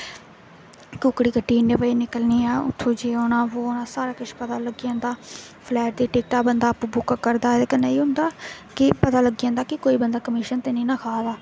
कोकडी train किन्ने बजे निकलनी ऐ केह् होना बो होना सारा किश पता लगी जंदा फ्लाइट दी टिकट बंदा आपूं बुक करदा कन्नै एह् होंदा कि पता लग्गी जंदा कि कोई बंदा कमीशन ते नेईं ना खा दा